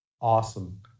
Awesome